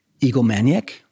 egomaniac